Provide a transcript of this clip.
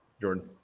Jordan